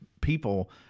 people